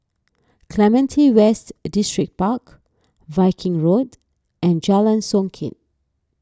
Clementi West Distripark Viking Road and Jalan Songket